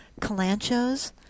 calanchos